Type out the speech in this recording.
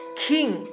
king